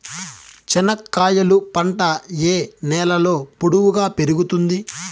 చెనక్కాయలు పంట ఏ నేలలో పొడువుగా పెరుగుతుంది?